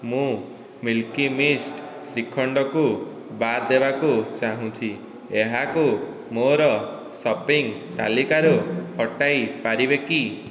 ମୁଁ Milky Mist ଶ୍ରୀଖଣ୍ଡକୁ ବାଦ୍ ଦେବାକୁ ଚାହୁଁଛି ଏହାକୁ ମୋର ସପିଂ ତାଲିକାରୁ ହଟାଇ ପାରିବେ କି